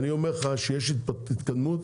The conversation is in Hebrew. יש התקדמות,